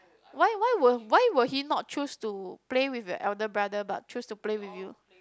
why why were why were he not choose to play with your elder brother but choose to play with you